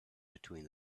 between